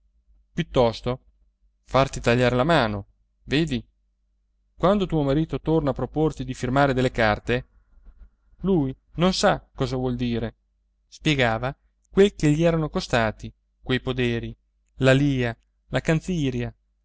piuttosto farti tagliare la mano vedi quando tuo marito torna a proporti di firmare delle carte lui non sa cosa vuol dire spiegava quel che gli erano costati quei poderi l'alìa la canziria